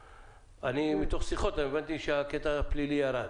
מתוך שיחות הבנתי שהקטע הפלילי ירד.